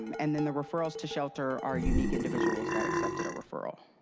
and then the referrals to shelter are unique individuals that accepted a referral.